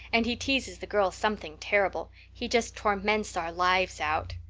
and he teases the girls something terrible. he just torments our lives out.